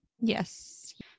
Yes